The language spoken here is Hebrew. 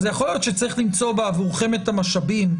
אז יכול להיות שצריך למצוא בעבורכם את המשאבים,